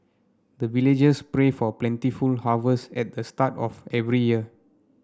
the villagers pray for plentiful harvest at the start of every year